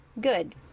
Good